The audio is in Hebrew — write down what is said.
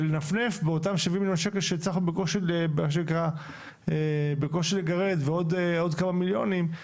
ולנפנף באותם 70 מיליון שקלים שהצלחנו בקושי לגרד ועוד כמה מיליונים,